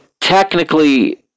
technically